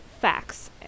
facts